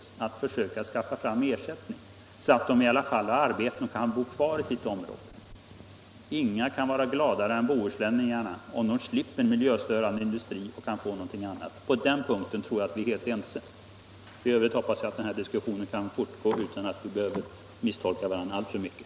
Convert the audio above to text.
Man måste skaffa fram ersättning så att befolkningen i alla fall har arbeten och kan bo kvar i sitt område. Inga kan vara gladare än bohuslänningarna om de slipper miljöstörande industri och kan få någon annan i stället. På den punkten tror jag vi är helt ense. I övrigt hoppas jag att den här diskussionen kan fortgå utan att vi behöver misstolka varandra alltför mycket.